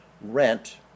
rent